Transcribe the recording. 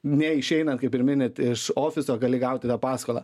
neišeinant kaip ir minit iš ofiso gali gauti tą paskolą